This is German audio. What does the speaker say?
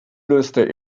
löste